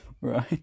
Right